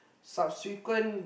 subsequent